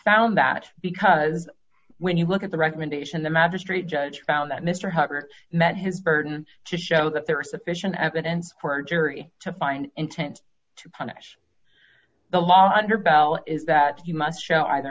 found that because when you look at the recommendation of the magistrate judge found that mr hubbard met his burden to show that there are sufficient evidence for jury to find intent to punish the law under bell is that you must show either